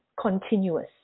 continuous